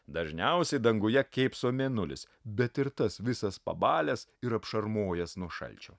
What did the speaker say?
dažniausiai danguje kėpso mėnulis bet ir tas visas pabalęs ir apšarmojęs nuo šalčio